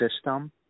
system